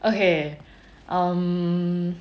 okay um